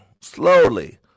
slowly